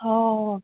অ